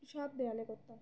সব দেওয়ালে করতাম